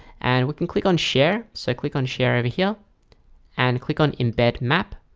and we can click on share so click on share over here and click on embed map